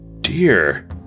dear